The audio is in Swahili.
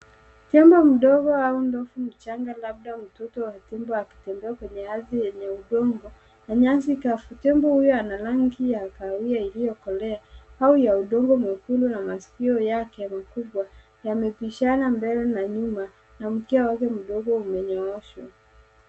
Tembo mdogo au ndovu mchanga labda mtoto wa tembo akitembea kwenye ardhi yenye udongo na nyasi kavu, tembo huyu ana rangi ya kahawia iliyokolea au ya udongo mekundu na maskio yake makubwa yamebishana mbele na nyuma na mkia wake mdogo umenyoroshwa.